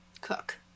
cook